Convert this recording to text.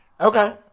Okay